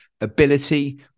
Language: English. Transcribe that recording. Ability